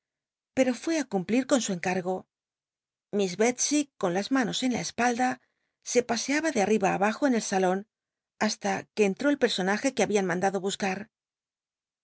pero fué á cumplir con su encargo miss belscy con las manos en la espalda se paseaba de arriba ti abajo en el salon hasta que entró el personaje que habían mandado